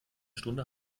stunde